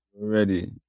Ready